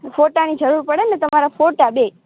ફોટાની જરૂર પડે ને તામારા ફોટા બે